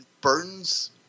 Burns